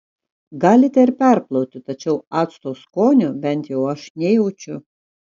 galite ir perplauti tačiau acto skonio bent jau aš nejaučiu